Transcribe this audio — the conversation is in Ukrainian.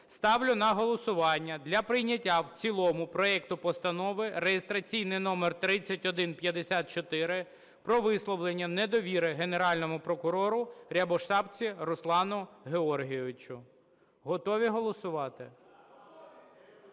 ставлю на голосування для прийняття в цілому проекту Постанови, реєстраційний номер 3154, про висловлення недовіри Генеральному прокурору Рябошапці Руслану Георгійовичу. Готові голосувати?